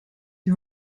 die